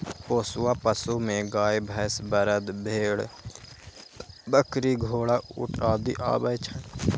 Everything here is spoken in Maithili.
पोसुआ पशु मे गाय, भैंस, बरद, भेड़, बकरी, घोड़ा, ऊंट आदि आबै छै